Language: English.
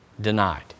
denied